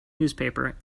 newspaper